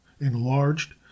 enlarged